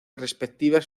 respectivas